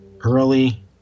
early